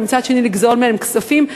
ומצד שני לגזול מהם כספים.